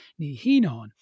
Nihinon